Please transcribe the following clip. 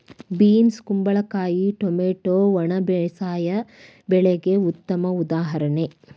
beans ಕುಂಬಳಕಾಯಿ tomato ಒಣ ಬೇಸಾಯ ಬೆಳೆಗೆ ಉತ್ತಮ ಉದಾಹರಣೆ